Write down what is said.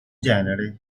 genere